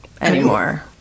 anymore